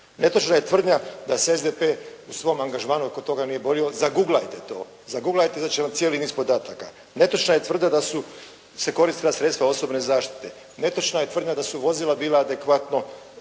Netočna je tvrdnja da se SDP u svom angažmanu oko toga nije borio, zaguglajte to izaći će vam cijeli niz podataka. Netočna je tvrdnja da su se koristila sredstva osobne zaštite. Netočna je tvrdnja da su vozila bila adekvatno